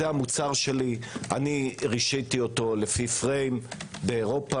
זה המוצר שלי, אני רישיתי אותו לפי פריים באירופה.